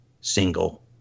single